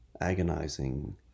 agonizing